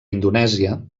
indonèsia